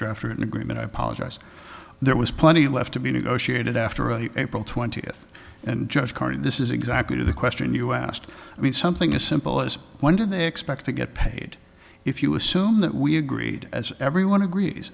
draft or an agreement i apologize there was plenty left to be negotiated after april twentieth and judge carney this is exactly the question you asked me something as simple as wonder they expect to get paid if you assume that we agreed as everyone agrees